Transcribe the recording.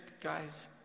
guys